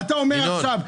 אתה אומר עכשיו,